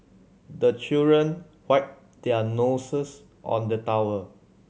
the children wipe their noses on the towel